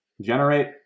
Generate